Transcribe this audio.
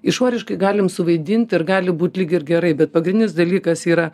išoriškai galim suvaidint ir gali būt lyg ir gerai bet pagrindinis dalykas yra